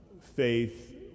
faith